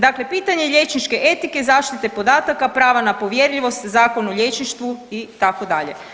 Dakle, pitanje liječničke etike, zaštite podataka, prava na povjerljivost, Zakon o liječništvu itd.